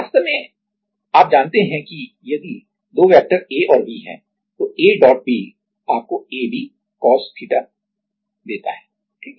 वास्तव में आप जानते हैं कि यदि दो वैक्टर a और b हैं तो ab आपको abcosθ देता है ठीक